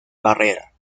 barrera